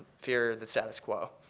fear the status quo.